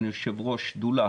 אני יושב-ראש שדולה